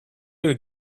your